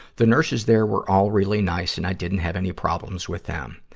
the nurses there were all really nice, and i didn't have any problems with them.